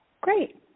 Great